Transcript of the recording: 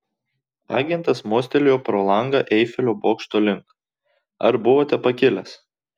agentas mostelėjo pro langą eifelio bokšto link ar buvote pakilęs